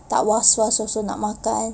tak was-was also nak makan